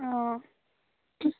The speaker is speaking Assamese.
অঁ